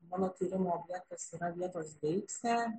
mano tyrimų objektas yra vietos deiksė